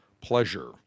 Pleasure